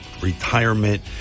Retirement